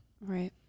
Right